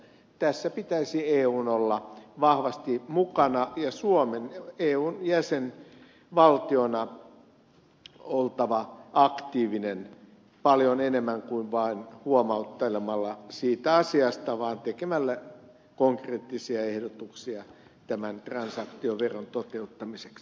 tässä pitäisi eun olla vahvasti mukana ja suomen eun jäsenvaltiona olla aktiivinen ei vain huomauttelemalla siitä asiasta vaan tekemällä konkreettisia ehdotuksia tämän trans aktioveron toteuttamiseksi